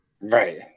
Right